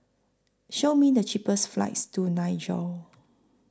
Show Me The cheapest flights to Niger